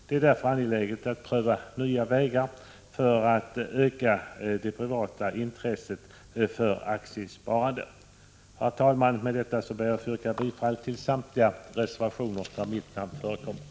Det är därför angeläget att pröva nya vägar för att öka det privata intresset för aktiesparande. Herr talman! Med detta ber jag att få yrka bifall till samtliga reservationer där mitt namn förekommer.